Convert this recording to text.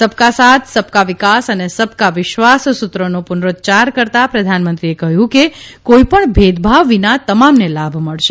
સબ કા સાથ સબ કા વિકાસ અને સબ કા વિશ્વાસ સૂત્રનો પુનરૂચ્યાર કરતાં પ્રધાનમંત્રીએ કહ્યું કે કોઈપણ ભેદભાવ વિના તમામને લાભ મળશે